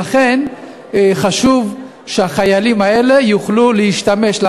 לכן חשוב שהחיילים האלה יוכלו להשתמש,